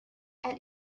and